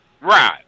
Right